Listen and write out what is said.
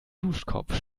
duschkopf